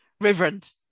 reverend